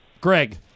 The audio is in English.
greg